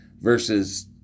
versus